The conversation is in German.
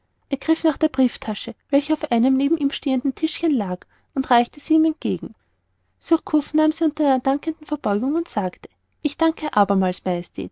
er griff nach der brieftasche welche auf einem neben ihm stehenden tischchen lag und reichte sie ihm entgegen surcouf nahm sie unter einer dankbaren verbeugung und sagte ich danke abermals